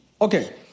Okay